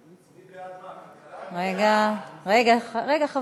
רגע, חברים.